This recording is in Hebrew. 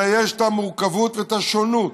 אלא יש את המורכבות ואת השונות,